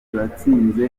turatsinze